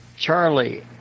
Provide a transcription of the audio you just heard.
Charlie